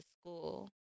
school